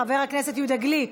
חבר הכנסת יהודה גליק,